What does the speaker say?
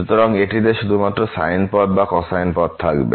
সুতরাং এটিতে শুধুমাত্র সাইন পদ বা কোসাইন পদ থাকবে